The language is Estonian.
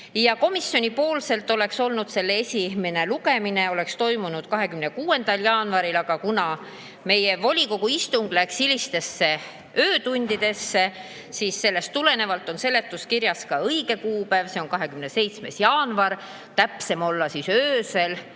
Komisjoni poolest oleks selle esimene lugemine toimunud 26. jaanuaril, aga kuna meie istung läks hilistesse öötundidesse, siis sellest tulenevalt on seletuskirjas nüüd ka õige kuupäev, see on 27. jaanuar. Kui täpsem olla, siis öösel